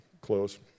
close